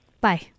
Bye